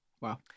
Wow